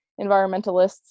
environmentalists